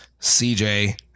CJ